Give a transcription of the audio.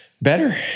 Better